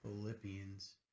Philippians